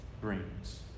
brings